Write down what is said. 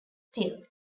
still